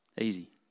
Easy